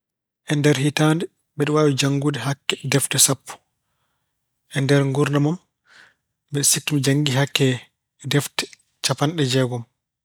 E nder hitaande mbeɗa waawi janngude hakke defte sappo. E nder nguurndam am, mbeɗa sikki mi janngii hakke defte capanɗe jeegom.